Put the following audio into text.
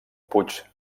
puig